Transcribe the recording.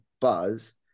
buzz